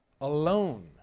alone